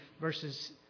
verses